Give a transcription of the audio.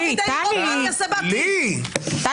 אתה --- מה אני אעשה בעתיד.